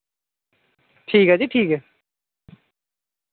ठीक ऐ जी ठीक ऐ